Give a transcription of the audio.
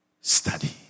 Study